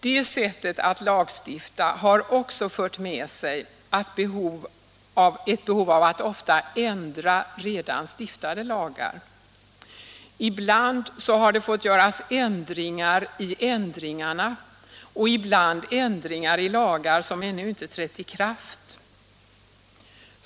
Detta sätt att lagstifta har också fört med sig ett behov av att ofta ändra redan stiftade lagar. Ibland har det fått göras ändringar i ändringarna, och ibland ändringar i lagar som ännu inte trätt i kraft.